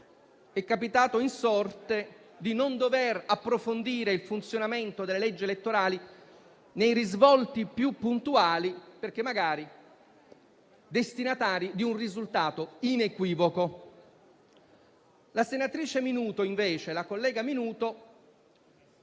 è capitato in sorte di non dover approfondire il funzionamento delle leggi elettorali nei risvolti più puntuali, perché magari destinatari di un risultato inequivoco. La senatrice Minuto, invece, si ritrova nella